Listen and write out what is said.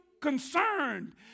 concerned